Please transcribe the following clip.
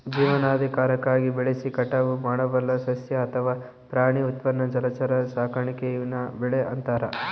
ಜೀವನಾಧಾರಕ್ಕಾಗಿ ಬೆಳೆಸಿ ಕಟಾವು ಮಾಡಬಲ್ಲ ಸಸ್ಯ ಅಥವಾ ಪ್ರಾಣಿ ಉತ್ಪನ್ನ ಜಲಚರ ಸಾಕಾಣೆ ಈವ್ನ ಬೆಳೆ ಅಂತಾರ